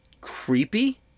creepy